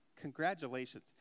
Congratulations